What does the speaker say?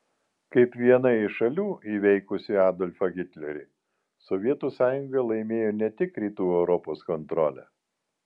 kaip viena iš šalių įveikusių adolfą hitlerį sovietų sąjunga laimėjo ne tik rytų europos kontrolę